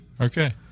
Okay